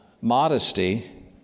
modesty